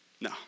No